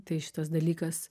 tai šitas dalykas